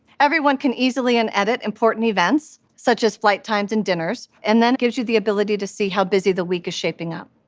everyone can easily and edit important events such as flight times and dinners, and then gives you the ability to see how busy the week is shaping up.